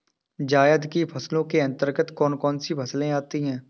जायद की फसलों के अंतर्गत कौन कौन सी फसलें आती हैं?